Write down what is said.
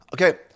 Okay